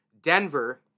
Denver